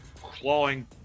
clawing